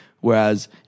Whereas